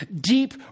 deep